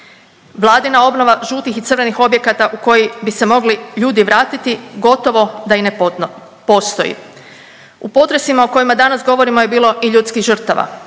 Vladina obnova žutih i crvenih objekata u koji bi se mogli ljudi vratiti gotovo da i ne postoji. U potresima o kojima danas govorimo je bilo i ljudskih žrtava.